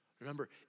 Remember